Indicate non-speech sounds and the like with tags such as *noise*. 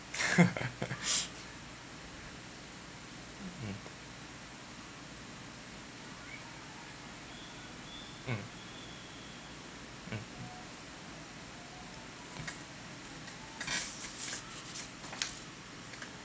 *laughs* mm mm mm